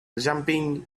jumping